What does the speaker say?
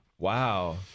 Wow